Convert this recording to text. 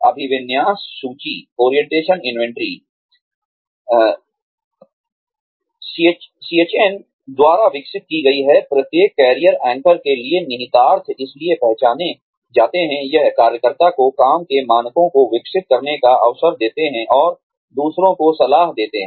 अभिविन्यास सूची स्चिऐन द्वारा विकसित की गई है प्रत्येक कैरियर एंकर के लिए निहितार्थ इसलिए पहचाने जाते हैं यह कार्यकर्ता को काम के मानकों को विकसित करने का अवसर देता है और दूसरों को सलाह देता है